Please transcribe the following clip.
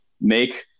make